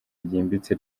ryimbitse